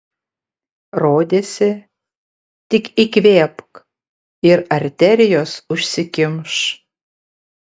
rodėsi tik įkvėpk ir arterijos užsikimš